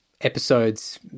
episodes